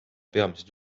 peamised